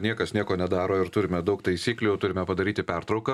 niekas nieko nedaro ir turime daug taisyklių turime padaryti pertrauką